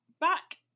back